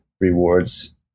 rewards